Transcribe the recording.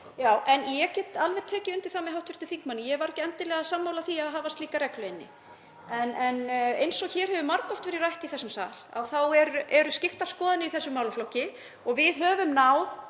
Já. En ég get alveg tekið undir það með hv. þingmanni, ég var ekki endilega sammála því að hafa slíka reglu inni. En eins og hér hefur margoft verið rætt í þessum sal eru skiptar skoðanir í þessum málaflokki og við höfum náð